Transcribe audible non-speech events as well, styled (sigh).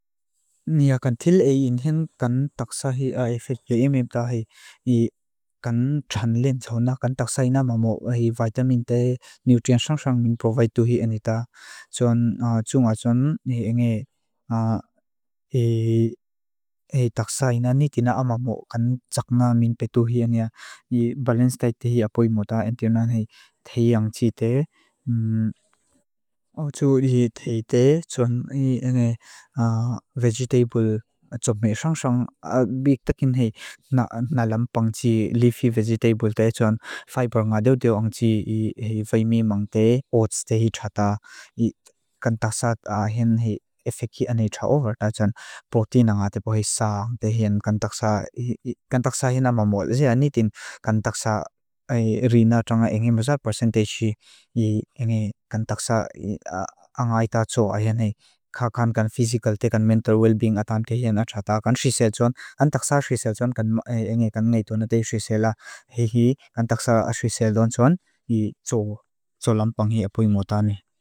Nia kan til e inhen kan taksa hea efek yue emem ta hei kan tran len tsauna kan taksa e na mamo hei vitamin te, nutrient sangsang min provide tu hea enita. Tsuan tsu nga tsun e nge (hesitation) e taksa e na niti na amamo kan tsak na min petu hea nga balancedite hea apoy moda en tiwna hei thei ang chite. (hesitation) Tsu e thei thei tsuan e nge (hesitation) vegetable tsu me sangsang biktakin hei nalampang tsi leafy vegetable te tsuan fiber nga deo deo ang tsi hea vitamin mang te e oats te hea tsa ta e kan taksa hea en hea efek yuene tsa over ta tsuan protein nga nga tepoy hea sang te hea en kan taksa e kan taksa hea na mamo. Zia niti kan taksa e rina tranga enge maza percentage e enge kan taksa (hesitation) angay ta tsu ayane kakan kan physical te kan mental well being atam te hea na tsa ta kan shise tsuan. Kan taksa shise tsuan enge kan ngay tunate shise la hei hei kan taksa shise tsuan tsu lampang hea apoy moda ne.